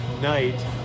night